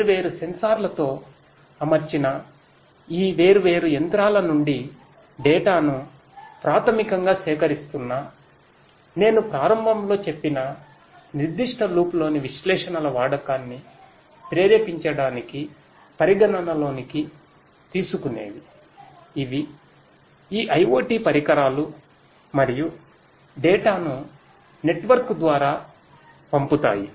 వేర్వేరు సెన్సార్లతో అమర్చిన ఈ వేర్వేరు యంత్రాల నుండి డేటా నునెట్వర్క్ ద్వారాపంపుతాయి